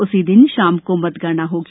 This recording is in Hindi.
उसी दिन शाम को मतगणना होगी